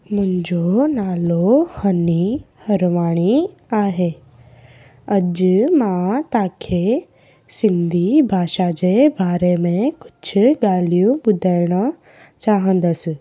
मुंहिंजो नालो हनी हरवाणी आहे अॼु मां तव्हांखे सिंधी भाषा जे बारे में कुझु ॻाल्हियूं ॿुधाइणा चाहींदसि